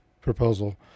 proposal